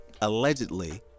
Allegedly